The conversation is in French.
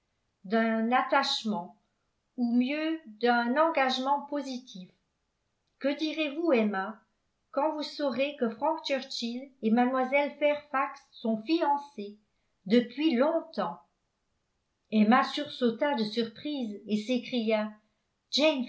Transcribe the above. d'un attachement ou mieux d'un engagement positif que direz-vous emma quand vous saurez que frank churchill et mlle fairfax sont fiancés depuis longtemps emma sursauta de surprise et s'écria